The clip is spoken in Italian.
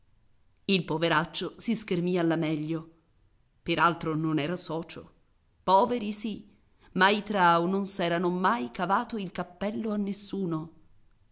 il poveraccio si schermì alla meglio per altro non era socio poveri sì ma i trao non s'erano mai cavato il cappello a nessuno